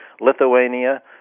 Lithuania